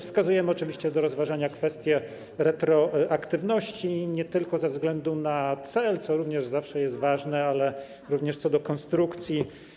Wskazujemy też oczywiście do rozważania kwestię retroaktywności - nie tylko ze względu na cel, co również zawsze jest ważne, ale również co do konstrukcji.